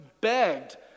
begged